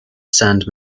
sainte